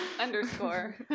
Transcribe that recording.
underscore